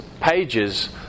pages